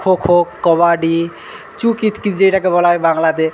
খো খো কবাডি চু কিত কিত যেটাকে বলা হয় বাংলাতে